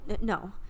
no